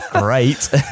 great